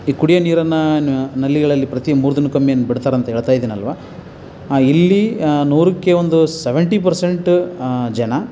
ಈ ಕುಡಿಯೋ ನೀರನ್ನು ನಲ್ಲಿಗಳಲ್ಲಿ ಪ್ರತಿ ಮೂರು ದಿನಕ್ಕೊಮ್ಮೆ ಏನು ಬಿಡ್ತಾರಂತ ಹೇಳ್ತಾಯಿದೀನಲ್ವ ಇಲ್ಲಿ ನೂರಕ್ಕೆ ಒಂದು ಸವೆಂಟಿ ಪರ್ಸೆಂಟು ಜನ